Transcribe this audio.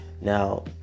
Now